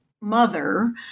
mother